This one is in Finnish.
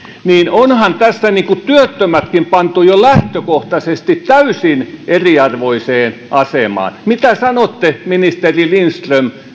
onhan tässä työttömätkin pantu jo lähtökohtaisesti täysin eriarvoiseen asemaan mitä sanotte ministeri lindström